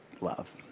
love